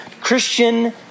Christian